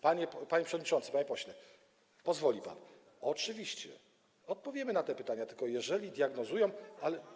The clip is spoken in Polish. Panie przewodniczący, panie pośle, pozwoli pan, oczywiście odpowiem na te pytania, tylko jeżeli diagnozuję.